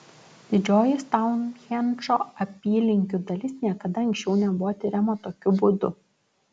didžioji stounhendžo apylinkių dalis niekada anksčiau nebuvo tiriama tokiu būdu